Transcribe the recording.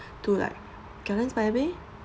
to like Gardens by the Bay